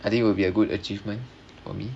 I think it would be a good achievement for me